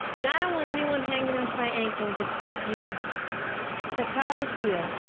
and i don't want anyone hanging on to my ankles except you that's how i feel.